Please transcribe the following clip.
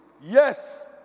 Yes